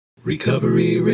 Recovery